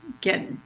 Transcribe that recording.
get